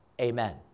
amen